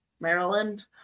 Maryland